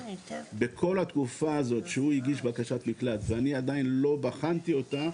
בכל התקופה הזאת שהוא הגיש בקשת מקלט ואני עדיין לא בחנתי אותה,